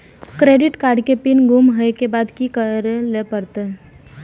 Credit card के PIN गुम होय के बाद की करै ल परतै?